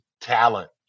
talent